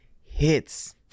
hits